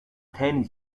ten